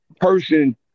person